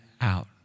out